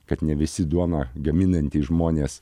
kad ne visi duoną gaminantys žmonės